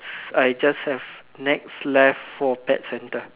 I just have next left for pet centre